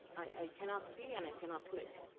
i cannot see and i cannot click.